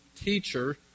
teacher